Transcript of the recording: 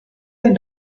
and